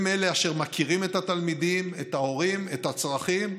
הם אשר מכירים את התלמידים, את ההורים, את הצרכים.